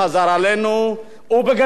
וחזר אלינו ובגדול.